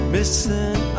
Missing